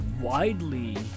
widely